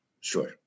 Sure